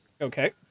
Okay